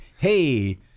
hey